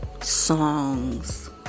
songs